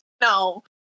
No